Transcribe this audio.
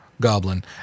Goblin